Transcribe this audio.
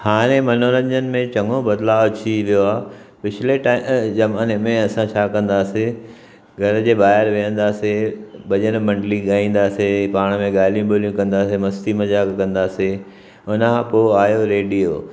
हाणे मनोरंजन में चङो बदलाव अची वियो आ्हे पिछ्ले ज़माने में असां छा कंदासीं घर जे ॿाहिरि वेहंदासीं भॼनु मंडली गाईंदासीं पाण में ॻाल्हियूं ॿोलियूं कंदासीं मस्ती मज़ाक कंदासीं हुनखां पोइ आहियो रेडियो